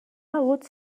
hagut